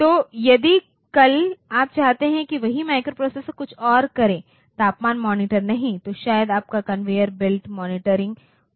तो यदि कल आप चाहते हैं कि वही माइक्रोप्रोसेसर कुछ और करें तापमान मॉनिटर नहीं तो शायद आपका कन्वेयर बेल्ट मॉनिटरिंग कहे